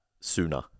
sooner